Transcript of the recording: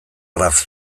graf